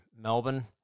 Melbourne